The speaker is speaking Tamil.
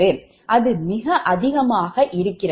அது மிக அதிகமாக இருக்கும்